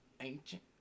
ancient